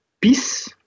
peace